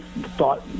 thought